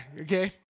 Okay